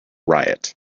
riot